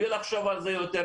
בלי לחשוב על זה יותר מדי,